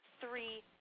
three